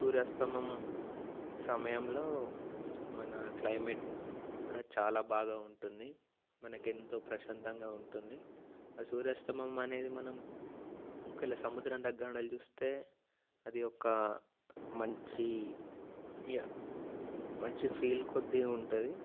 సూర్యాస్తమయం సమయంలో మన క్లైమేట్ కూడా చాల బాగా ఉంటుంది మనకి ఎంతో ప్రశాంతంగా ఉంటుంది ఆ సూర్యాస్తమయం అనేది మనం ఒకవేళ సముద్రం దగ్గరనుండెల్లి చూస్తే అది యొక్క మంచి యా మంచి ఫీల్ కొద్దీ ఉంటది